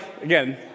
again